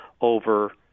over